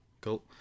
Cool